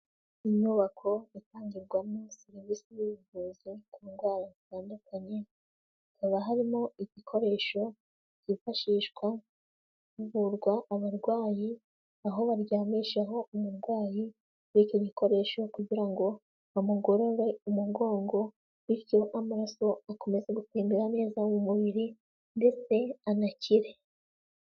Inyubako itangirwamo serivisi z'ubuvuzi ku ndwara zitandukanye, hakaba harimo igikoresho cyifashishwa havurwa abarwayi, aho baryamishaho umurwayi kuri icyo gikoresho kugira ngo bamugorore umugongo bityo n'amaraso akomezaze gutembera neza mu mubiri ndetse anakire.